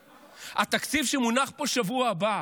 התקציב שיונח פה בשבוע הבא,